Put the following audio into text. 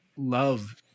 love